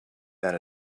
than